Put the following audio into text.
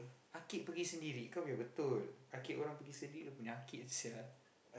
arcade pergi sendiri kau biar betul arcade orang pergi sendiri penyakit sia